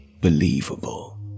believable